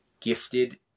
gifted